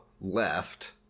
left